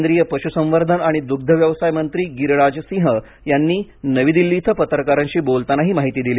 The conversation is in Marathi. केंद्रीय पशुसंवर्धन आणि दुग्धव्यवसाय मंत्री गिरीराज सिंह यांनी नवी दिल्ली इथं पत्रकारांशी बोलताना ही माहिती दिली